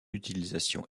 utilisation